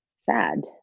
sad